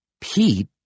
Pete